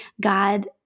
God